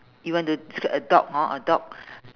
you want to describe a dog hor a dog